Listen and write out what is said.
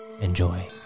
Enjoy